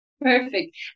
Perfect